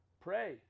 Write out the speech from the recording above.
Pray